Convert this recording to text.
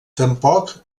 tampoc